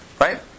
Right